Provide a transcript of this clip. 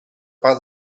part